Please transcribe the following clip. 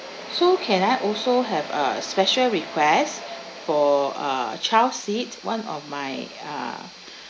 so can I also have a special request for uh child seat one of my uh